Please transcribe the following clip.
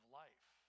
life